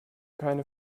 keine